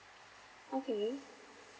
okay